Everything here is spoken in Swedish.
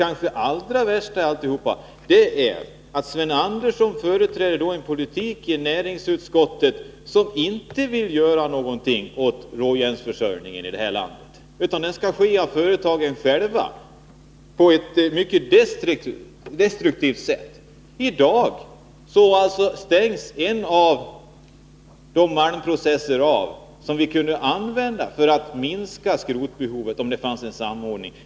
Men det allra värsta är att Sven Andersson i näringsutskottet företräder en politik som inte vill göra någonting åt råjärnsförsörjningen här i landet — den skall skötas av företagen själva. Det sker på ett mycket destruktivt sätt. I dag stängs en av de malmprocesser av som vi, om det fanns en samordning, kunde använda för att minska skrotbehovet.